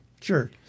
Sure